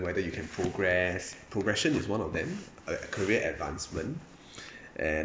whether you can progress progression is one of them like a career advancement and